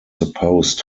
supposed